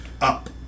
up